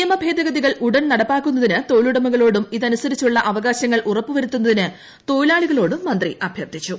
നിയ്മിട്ടേദ്ദഗതികൾ ഉടൻ നടപ്പാക്കുന്നതിന് തൊഴിലുട്ട്മുകൂളോടും ഇതനുസരിച്ചുള്ള അവകാശങ്ങൾ ഉറപ്പുഷ്പമുത്തുന്നതിന് തൊഴിലാളികളോടും മന്ത്രി അഭ്യർഥിച്ചു